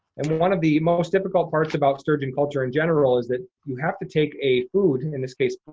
and one of the most difficult parts about sturgeon culture in general is that you have to take a food, in this case,